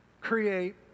create